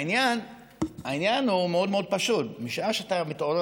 העניין הוא מאוד מאוד פשוט: משעה שאתה מתעורר